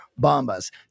Bombas